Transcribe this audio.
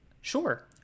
Sure